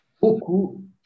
beaucoup